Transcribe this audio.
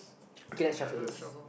okay lets shuffle this